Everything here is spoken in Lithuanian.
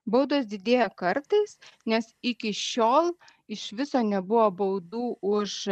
baudos didėja kartais nes iki šiol iš viso nebuvo baudų už